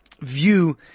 view